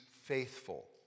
faithful